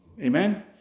Amen